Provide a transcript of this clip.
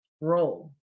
role